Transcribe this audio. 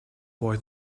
boy